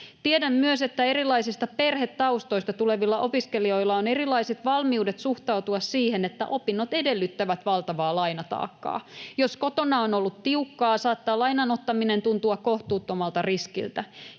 Tiedän myös, että erilaisista perhetaustoista tulevilla opiskelijoilla on erilaiset valmiudet suhtautua siihen, että opinnot edellyttävät valtavaa lainataakkaa. Jos kotona on ollut tiukkaa, saattaa lainan ottaminen tuntua kohtuuttomalta riskiltä,